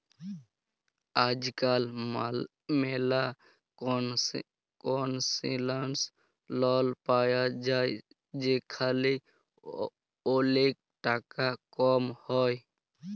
আজকাল ম্যালা concessional loan পায়া যায় যেখালে ওলেক টাকা কম হ্যয়